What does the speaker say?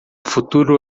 futuro